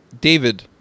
David